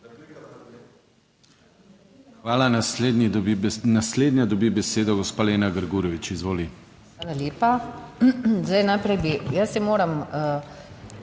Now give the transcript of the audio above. Hvala. Naslednja dobi besedo gospa Lena Grgurevič, izvoli.